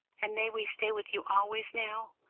and may we stay with you always now?